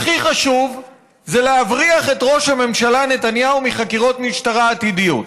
הכי חשוב זה להבריח את ראש הממשלה נתניהו מחקירות משטרה עתידיות.